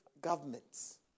governments